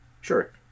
Sure